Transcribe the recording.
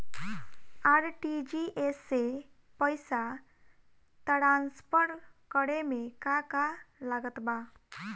RTGS से पईसा transfer करे मे का का लागत बा?